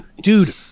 Dude